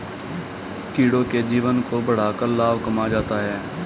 कीड़ों के जीवन को बढ़ाकर लाभ कमाया जाता है